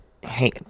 hey